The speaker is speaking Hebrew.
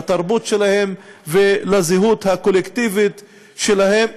לתרבות שלהם ולזהות הקולקטיבית שלהם.